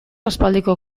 aspaldiko